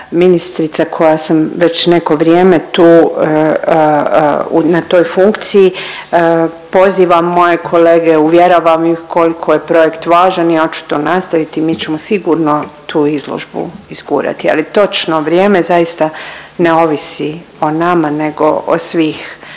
ministrica koja sam već neko vrijeme tu na toj funkciju, pozivam moje kolege, uvjeravam ih koliko je projekt važan, ja ću to nastaviti i mi ćemo sigurno tu izložbu izgurati, ali točno vrijeme zaista ne ovisi o nama nego o svih